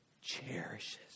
cherishes